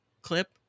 clip